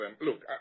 Look